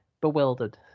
bewildered